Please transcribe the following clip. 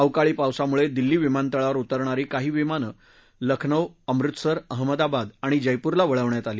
अवकाळी पावसामुळे दिल्ली विमानतळावर उतरणारी काही विमान लखनौ अमृतसर अहमदाबाद आणि जयपूरला वळवण्यात आली